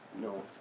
No